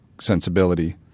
sensibility